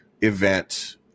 event